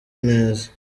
neza